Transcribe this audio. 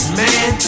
man